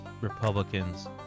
Republicans